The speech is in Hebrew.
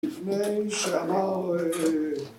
לפני מי שאמר ו...